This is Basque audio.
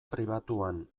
pribatuan